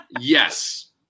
Yes